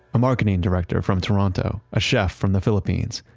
a marketing director from toronto, a chef from the philippines,